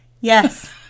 Yes